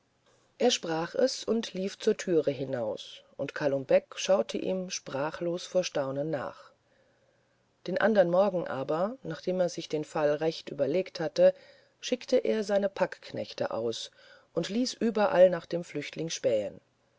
er sprach es und lief zur türe hinaus und kalum beck schaute ihm sprachlos vor staunen nach den andern morgen aber nachdem er sich den fall recht überlegt hatte schickte er seine packknechte aus und ließ überall nach dem flüchtling spähen